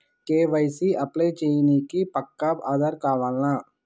KYC apply చేయనీకి పక్కా ఆధార్ కావాల్నా?